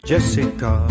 Jessica